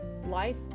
Life